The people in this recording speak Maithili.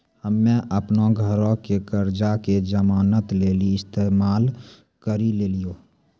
हम्मे अपनो घरो के कर्जा के जमानत लेली इस्तेमाल करि लेलियै